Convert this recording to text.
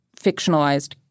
fictionalized